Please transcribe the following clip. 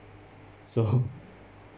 so